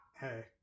Hey